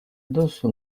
addosso